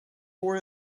for